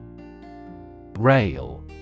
Rail